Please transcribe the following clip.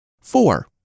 Four